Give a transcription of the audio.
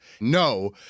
No